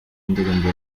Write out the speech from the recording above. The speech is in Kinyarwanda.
indirimbo